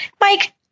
Mike